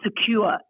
secure